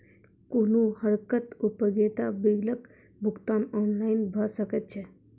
कुनू तरहक उपयोगिता बिलक भुगतान ऑनलाइन भऽ सकैत छै?